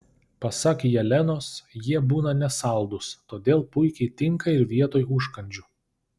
pasak jelenos jie būna nesaldūs todėl puikiai tinka ir vietoj užkandžių